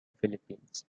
philippines